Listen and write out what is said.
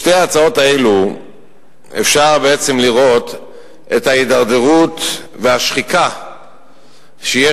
בשתי ההצעות האלה בעצם אפשר לראות את ההידרדרות והשחיקה שיש